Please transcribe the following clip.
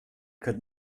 could